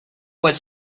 was